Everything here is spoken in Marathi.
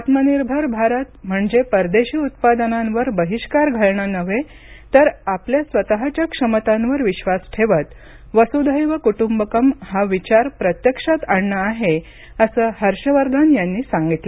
आत्मनिर्भर भारत म्हणजे परदेशी उत्पादनांवर बहिष्कार घालणं नव्हे तर आपल्या स्वतःच्या क्षमतांवर विश्वास ठेवत वसुधैव कुटुंबकम हा विचार प्रत्यक्षात आणणं आहे असं हर्ष वर्धन यांनी सांगितलं